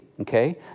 okay